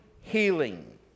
healing